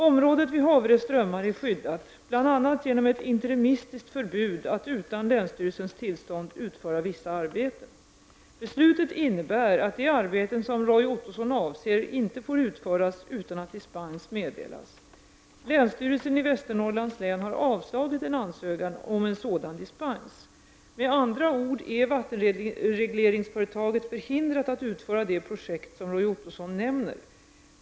Området vid Haverö strömmar är skyddat bl.a. genom ett interimistiskt förbud att utan länsstyrelsens tillstånd utföra vissa arbeten. Beslutet innebär att de arbeten som Roy Ottosson avser inte får utföras utan att dispens meddelas. Länsstyrelsen i Västernorrlands län har avslagit en ansökan om en sådan dispens. Med andra ord är vattenregleringsföretaget förhindrat att utföra det projekt som Roy Ottosson nämner.